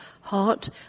Heart